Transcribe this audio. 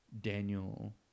Daniel